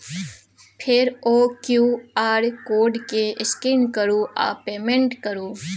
फेर ओ QR code केँ स्कैन करु आ पेमेंट करु